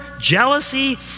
jealousy